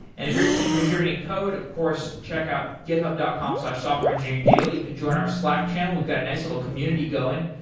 and if you're interested in contributing code, of course, check out github dot com softwareengineeringdaily. you can join our slack channel. we've got a nice little community going.